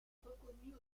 reconnues